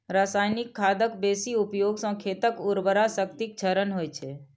रासायनिक खादक बेसी उपयोग सं खेतक उर्वरा शक्तिक क्षरण होइ छै